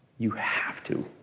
you have to.